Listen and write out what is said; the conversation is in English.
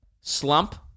slump